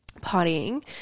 partying